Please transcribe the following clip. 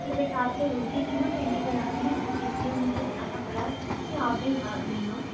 अरे बेटा आपको रुचि थी ना पेंटिग बनाने में इसलिए मुझे बताना पड़ा कि आप भी भाग ले लो